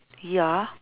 ya